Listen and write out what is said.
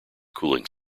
cooling